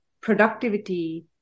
productivity